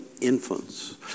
infants